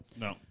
No